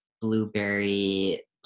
blueberry